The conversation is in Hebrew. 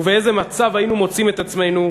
ובאיזה מצב היינו מוצאים את עצמנו,